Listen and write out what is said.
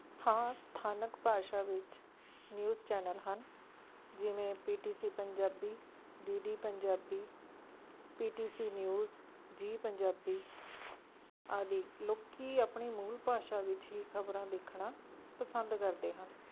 ਹਾਂ ਸਥਾਨਕ ਭਾਸ਼ਾ ਵਿੱਚ ਨਿਊਜ਼ ਚੈਨਲ ਹਨ ਜਿਵੇਂ P T C Punjabi D D Punjabi T C news Zee Punjabi ਆਦਿ ਲੋਕ ਆਪਣੀ ਮੂਲ ਭਾਸ਼ਾ ਵਿੱਚ ਹੀ ਖਬਰਾਂ ਦੇਖਣਾ ਪਸੰਦ ਕਰਦੇ ਹਨ